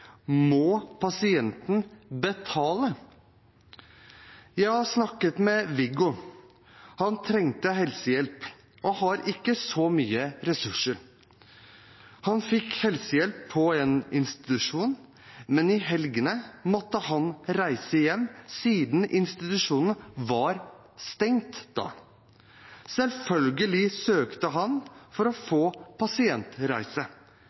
må pasienten betale. Jeg har snakket med Wiggo. Han trengte helsehjelp og har ikke så mye ressurser. Han fikk helsehjelp på en institusjon, men i helgene måtte han reise hjem siden institusjonen var stengt da. Selvfølgelig søkte han om å